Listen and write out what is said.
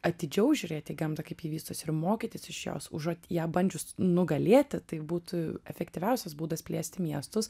atidžiau žiūrėti į gamtą kaip ji vystosi ir mokytis iš jos užuot ją bandžius nugalėti tai būtų efektyviausias būdas plėsti miestus